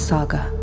Saga